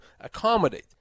accommodate